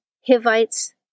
Hivites